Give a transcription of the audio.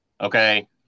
Okay